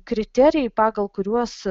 kriterijai pagal kuriuos